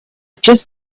just